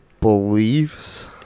beliefs